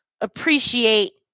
appreciate